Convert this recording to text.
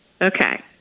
Okay